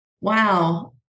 wow